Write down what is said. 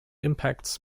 impacts